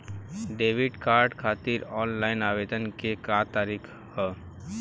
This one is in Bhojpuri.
डेबिट कार्ड खातिर आन लाइन आवेदन के का तरीकि ह?